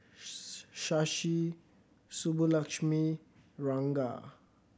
Shashi Subbulakshmi Ranga